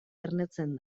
ernetzen